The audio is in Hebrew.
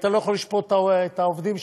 אתה לא יכול לשפוט את העובדים שם,